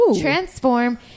transform